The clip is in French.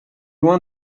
loin